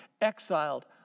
exiled